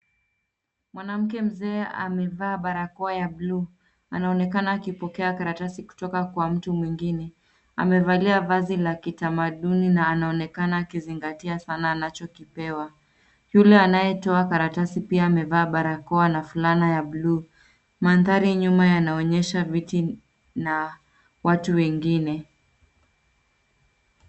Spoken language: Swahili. Mwanamke mzee amevaa barakoa ya blue . Anaonekana akipokea karatasi kutoka kwa mtu mwengine. Amevalia vazi la kitamaduni na anaonekana akizingatia sana anachokipewa. Yule anayetoa karatasi pia amevaa barakoa na fulana ya [blue . Mandhari nyuma yanaonyesha viti na watu wengine.